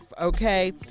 okay